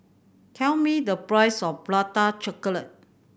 tell me the price of Prata Chocolate